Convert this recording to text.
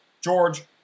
George